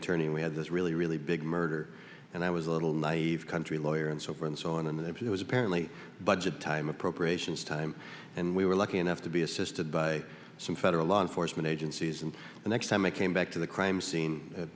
attorney we had this really really big murder and i was a little naive country lawyer and so forth and so on and it was apparently budget time appropriations time and we were lucky enough to be assisted by some federal law enforcement agencies and the next time it came back to the crime scene